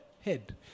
head